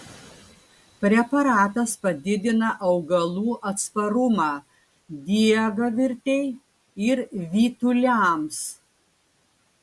preparatas padidina augalų atsparumą diegavirtei ir vytuliams